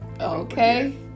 okay